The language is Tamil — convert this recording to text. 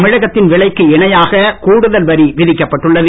தமிழகத்தின் விலைக்கு இணையாக கூடுதல் வரி விதிக்கப்பட்டுள்ளது